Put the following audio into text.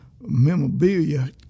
memorabilia